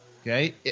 okay